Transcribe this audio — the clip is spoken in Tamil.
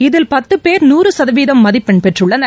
இதில் பத்து பேர் நூறு சதவீத மதிப்பெண் பெற்றுள்ளனர்